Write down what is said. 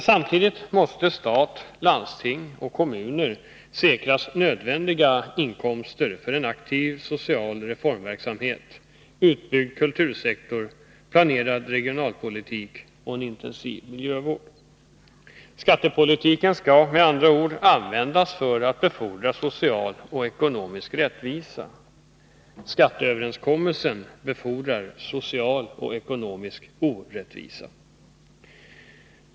Samtidigt måste stat, landsting och kommuner säkras nödvändiga inkomster för en aktiv social reformverksamhet, utbyggd kultursektor, planerad regionalpolitik och intensiv miljövård. Skattepolitiken skall, med andra ord, användas för att befordra social och ekonomisk rättvisa. Men skatteöverenskommelsen befordrar i stället social och ekonomisk orättvisa.